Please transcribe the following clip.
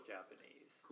Japanese